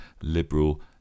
liberal